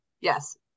Yes